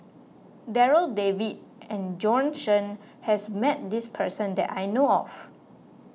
Darryl David and Bjorn Shen has met this person that I know of